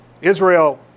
Israel